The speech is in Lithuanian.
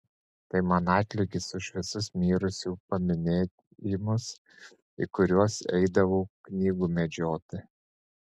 tai man atlygis už visus mirusiųjų paminėjimus į kuriuos eidavau knygų medžioti